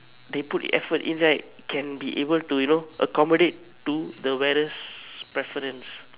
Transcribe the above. they put effort in right can be able to you know accommodate to the weather's preference